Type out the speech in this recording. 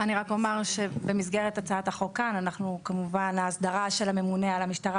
אני רק אומר שבמסגרת הצעת החוק כאן כמובן ההסדרה של הממונה על המשטרה